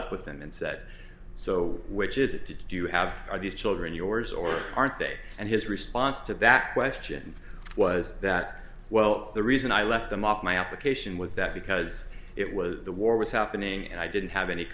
up with him and said so which is it did you have are these children yours or aren't they and his response to that question was that well the reason i left them off my application was that because it was the war was happening and i didn't have any